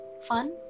fun